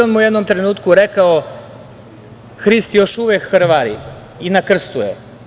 On mu je u jednom trenutku rekao: „Hrist još uvek krvari i na krstu je“